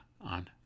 on